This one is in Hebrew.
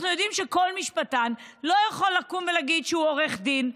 אנחנו יודעים שמשפטן לא יכול להגיד שהוא עורך דין,